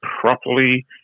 properly